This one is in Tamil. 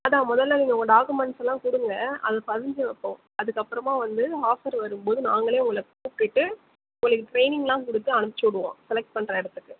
அதுதான் முதல்ல நீங்கள் உங்க டாக்குமெண்ட்ஸெல்லாம் கொடுங்க அதை பதிஞ்சு வைப்போம் அதுக்கப்புறமா வந்து ஆஃபர் வரும்போது நாங்களே உங்களை கூப்பிட்டுட்டு உங்களுக்கு ட்ரைனிங்யெலாம் கொடுத்து அனுப்பிச்சி விடுவோம் செலக்ட் பண்ணுற இடத்துக்கு